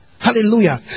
Hallelujah